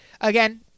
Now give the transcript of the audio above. again